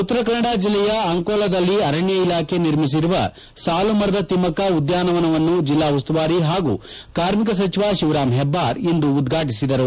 ಉತ್ತರ ಕನ್ನಡ ಜಿಲ್ಲೆಯ ಅಂಕೋಲಾದಲ್ಲಿ ಅರಣ್ಯ ಇಲಾಖೆ ನಿರ್ಮಿಸಿರುವ ಸಾಲು ಮರದ ತಿಮ್ಮಕ್ಕ ಉದ್ಯಾನವನವನ್ನು ಜಿಲ್ಲಾ ಉಸ್ತುವಾರಿ ಹಾಗೂ ಕಾರ್ಮಿಕ ಸಚಿವ ಶಿವರಾಮ್ ಹೆಬ್ಬಾರ್ ಇಂದು ಉದ್ವಾಟಿಸಿದರು